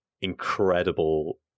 incredible